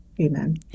Amen